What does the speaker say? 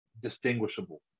distinguishable